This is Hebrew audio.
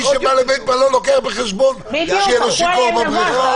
מי שבא לבית מלון לוקח בחשבון שיהיה איזה שיכור בבריכה.